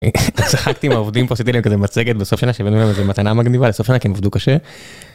צחקתי עם העובדים פו, עשיתי להם כזה מצגת בסוף שנה. שהבאנו להם איזו מתנה מגניבה לסוף שנה, כי הם עבדו קשה.